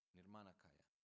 Nirmanakaya